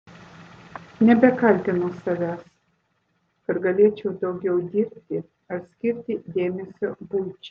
nebekaltinu savęs kad galėčiau daugiau dirbti ar skirti dėmesio buičiai